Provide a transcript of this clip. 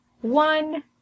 one